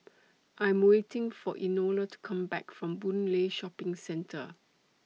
I Am waiting For Enola to Come Back from Boon Lay Shopping Centre